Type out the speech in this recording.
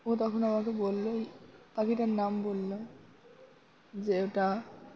ও তখন আমাকে বললো পাখিটার নাম বললাম যে ওটা